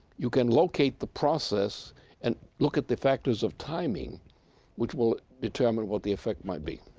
you can locate the process and look at the factors of timing which will determine what the effect might be.